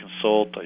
consult